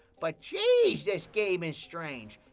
but geez, this game is strange.